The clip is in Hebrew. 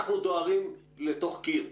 אנחנו דוהרים לתוך קיר.